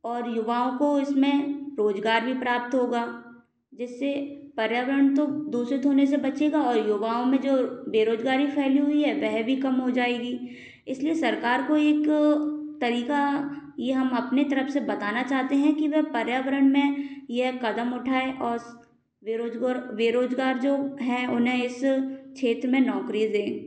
और युवाओं को इसमें रोजगार भी प्राप्त होगा जिससे पर्यावरण तो दूषित होने से बचेगा और युवाओं में जो बेरोजगारी फैली हुई है वह भी कम हो जाएगी इसलिए सरकार को एक तरीका ये हम अपने तरफ से बताना चाहते हैं कि वह पर्यावरण में यह कदम उठाए और बेरोजगार जो हैं उन्हें इस क्षेत्र में नौकरी दे